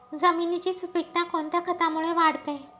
जमिनीची सुपिकता कोणत्या खतामुळे वाढते?